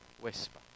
whisper